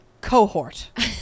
cohort